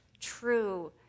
true